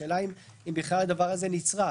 השאלה אם הדבר הזה בכלל נצרך.